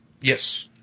Yes